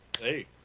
hey